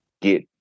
get